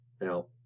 Now